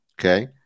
okay